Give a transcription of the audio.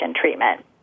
treatment